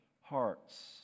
hearts